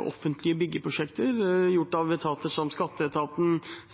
offentlige byggeprosjekter gjort av etater som skatteetaten,